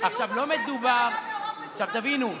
תבינו,